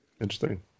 Interesting